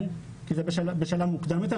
כי זה בשלב מוקדם יותר.